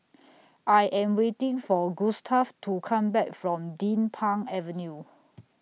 I Am waiting For Gustaf to Come Back from Din Pang Avenue